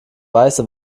weiße